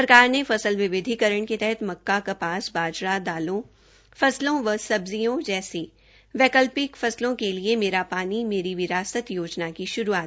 सरकार ने फसल विविधिकरण के तहत मक्का कपास बाजरा दालों फलों व सब्जियों जैसी वैकल्पिक फसलों के लिए मेरा पानी मेरी विरासत योजना की शुरूआत की है